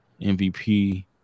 MVP